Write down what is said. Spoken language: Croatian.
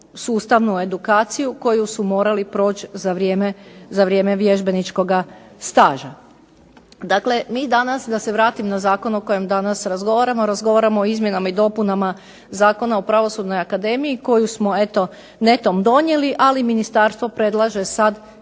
sustavu edukaciju koju su morali proći za vrijeme vježbeničkog staža. Dakle, mi danas da se vratim na zakon o kojem danas razgovaramo, a razgovaramo o izmjenama i dopunama Zakona o Pravosudna akademiji koju smo netom donijeli ali ministarstvo predlaže sada